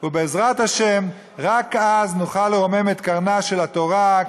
ובעזרת השם רק אז נוכל לרומם את קרנה של התורה,